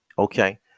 Okay